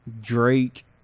Drake